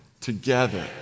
together